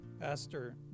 pastor